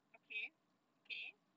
okay okay